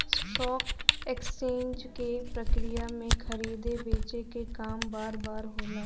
stock exchange के ई प्रक्रिया में खरीदे बेचे क काम बार बार होला